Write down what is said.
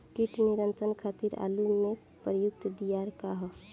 कीट नियंत्रण खातिर आलू में प्रयुक्त दियार का ह?